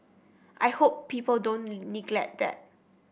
I hope people don't neglect that